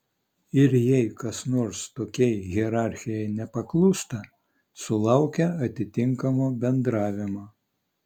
ir jei kas nors tokiai hierarchijai nepaklūsta sulaukia atitinkamo bendravimo